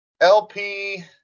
LP